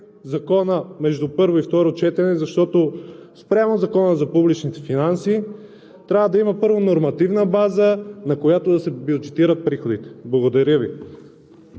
Законът между първо и второ четене, защото спрямо Закона за публичните финанси трябва да има първо, нормативна база, на която да се бюджетират приходите? Благодаря Ви.